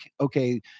okay